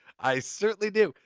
i certainly do!